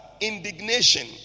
indignation